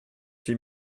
huit